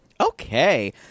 Okay